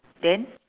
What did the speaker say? then